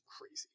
crazy